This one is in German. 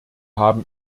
haben